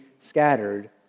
scattered